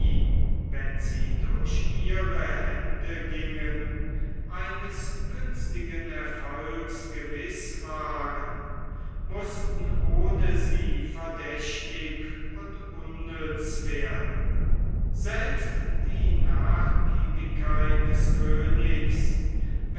wenn sie durch ihre hände gingen eines günstigen erfolgs gewiß waren mußten ohne sie verdächtig und unnütz werden selbst die nachgiebigkeit des königs